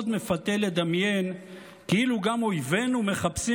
מאוד מפתה לדמיין כאילו גם אויבינו מחפשים